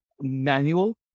manual